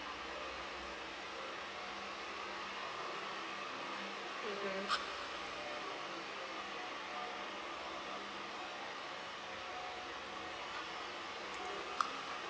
mmhmm